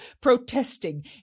protesting